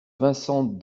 vincent